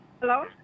Hello